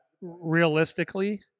realistically